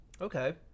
Okay